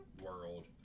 world